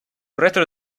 retro